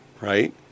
right